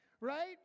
right